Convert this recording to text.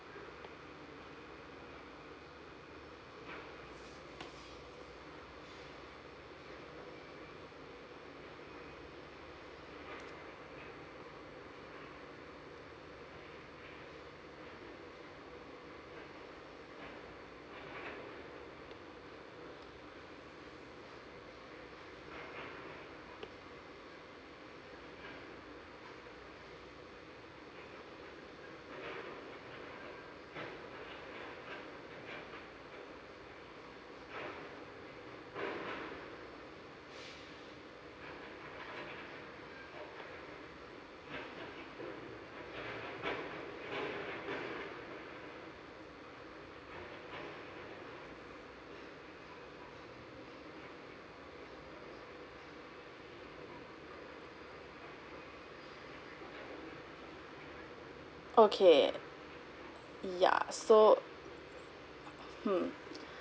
okay yeah so hmm